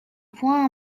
point